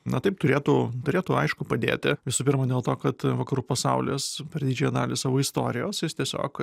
na taip turėtų turėtų aišku padėti visų pirma dėl to kad vakarų pasaulis per didžiąją dalį savo istorijos jis tiesiog